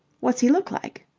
what's he look like?